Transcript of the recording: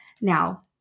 Now